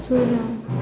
ଶୂନ